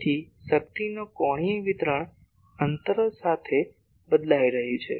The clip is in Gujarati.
તેથી શક્તિનો કોણીય વિતરણ અંતર સાથે બદલાઈ રહ્યું છે